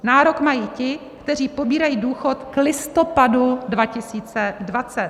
Nárok mají ti, kteří pobírají důchod k listopadu 2020.